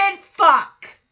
fuck